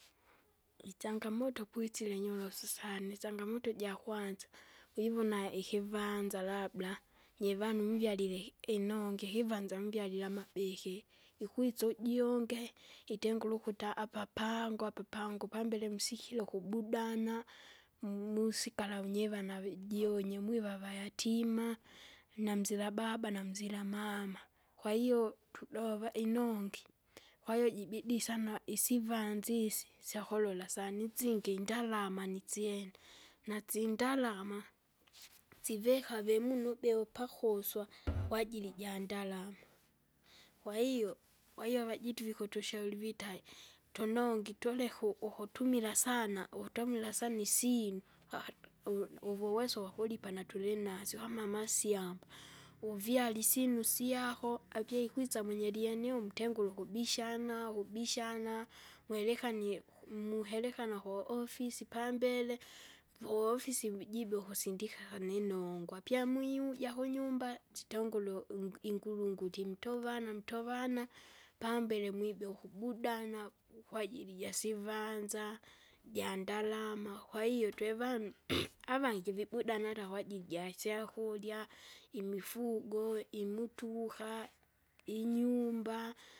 Ichangamoto kwisile inyorosu sana, isangamoto jakwanza, wivona ikivanza labda, nyivanu muvyalile inongi ikivanza muvyalile amabiki, ikwisa ujunge, itengure ukuta apa pangu apa pangu, pambele msikire ukubudana, mu- musikala vunyiwa nave jionyo, mwiva vayatima. Namzira baba namzira mama. Kwahiyo tudova inongi, kwahiyo jibidi sana isivanzi isi syakulola sana, isingi indalama nisyene, nasindalama sivikave emunu ubie upakuswa kwajili jandalama. Kwahiyo, kwahiyo avajitu vikutushauri vitae, tunongi tuleku ukutumila sana, ukutomira sana isinu pahata uvu- uvuweso wakulipa natulinasyo kama masyamba, uvyale isinu syako, apyaikwisa mwenye lienie umtengure ukubisha ubishana mwereka niu ku- muheleka naku ofisi pambele, vu ofisi vujibye ukusindikana inongwa, apyamuiuja kunyumba, jitongure u- ingulunguli ntovana ntovana. Pambele mwibea ukubudana, ukwajiri jasivanza, jandalama, kwahiyo twevanu avangi vibuda nala kwajili jasyakurya, imifugo, imutuha, inyumba.